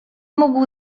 mógł